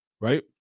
Right